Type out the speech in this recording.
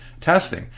testing